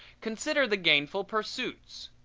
consider the gainful pursuits.